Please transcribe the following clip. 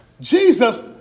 Jesus